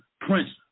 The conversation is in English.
prince